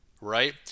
right